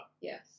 Yes